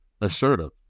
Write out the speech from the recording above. assertive